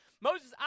Moses